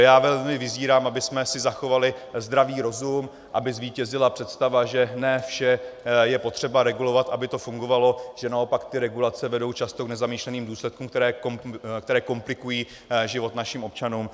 Čili velmi vyzývám, abychom si zachovali zdravý rozum, aby zvítězila představa, že ne vše je potřeba regulovat, aby to fungovalo, že naopak ty regulace vedou často k nezamýšleným důsledkům, které komplikují život našim občanům;